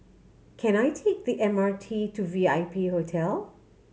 can I take the M R T to V I P Hotel